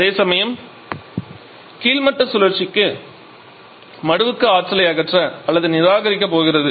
அதேசமயம் கீழ்மட்ட சுழற்சி என்பது மடுவுக்கு ஆற்றலை அகற்ற அல்லது நிராகரிக்கப் போகிறது